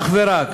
אך ורק